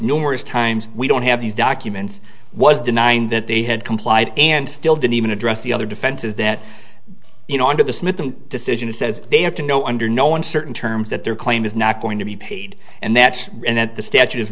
numerous times we don't have these documents was denying that they had complied and still didn't even address the other defenses that you know under the decision it says they have to know under no uncertain terms that their claim is not going to be paid and that's and that the statute